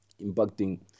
impacting